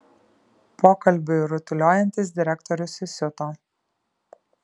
pokalbiui rutuliojantis direktorius įsiuto